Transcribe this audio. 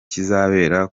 kizabera